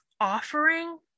offering